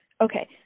okay